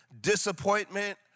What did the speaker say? disappointment